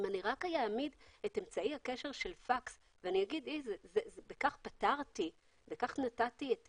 אם אני אעמיד רק את אמצעי הקשר של פקס ואני אומר שבכך נתתי את